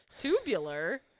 Tubular